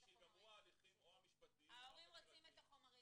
כשיגמרו ההליכים המשפטיים --- ההורים יכולים לקבל את החומרים